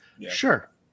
Sure